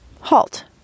HALT